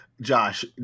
Josh